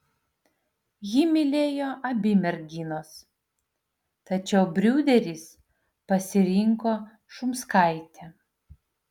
jį mylėjo abi merginos tačiau briūderis pasirinko šumskaitę